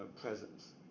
presence